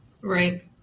Right